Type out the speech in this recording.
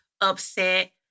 upset